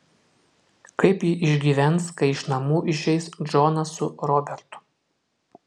kaip ji išgyvens kai iš namų išeis džonas su robertu